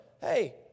hey